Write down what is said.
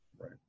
Right